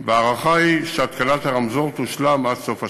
וההערכה היא שהתקנת הרמזור תושלם עד סוף השנה.